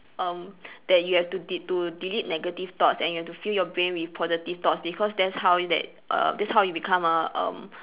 um that you have to de~ to delete negative thoughts and you have to fill your brain with positive thoughts because that's how that uh that's how you become a um